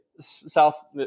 South